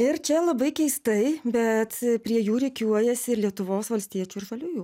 ir čia labai keistai bet prie jų rikiuojasi ir lietuvos valstiečių ir žaliųjų